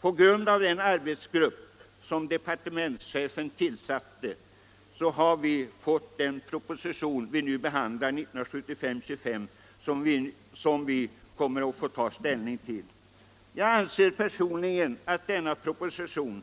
På grund av den arbetsgrupp som departementschefen tillsatte har vi fått den proposition, 1975:25, som vi nu skall ta ställning till. Jag anser personligen att denna proposition